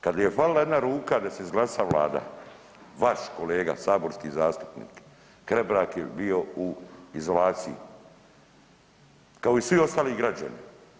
Kad je falila jedna ruka da se izglasa Vlada, vaš kolega saborski zastupnik Hrebak je bio u izolaciji kao i svi ostali građani.